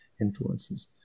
influences